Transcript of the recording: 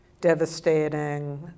devastating